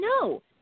no